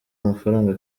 amafaranga